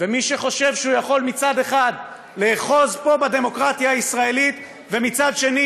ומי שחושב שהוא יכול מצד אחד לאחוז פה בדמוקרטיה הישראלית ומצד שני,